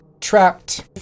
trapped